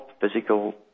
physical